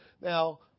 Now